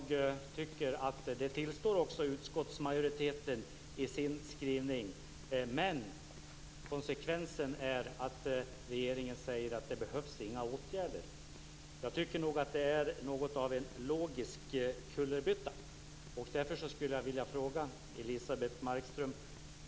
Det tillstår också utskottsmajoriteten i sin skrivning. Men konsekvensen är att regeringen säger att det inte behövs några åtgärder. Jag tycker nog att det är något av en logisk kullerbytta.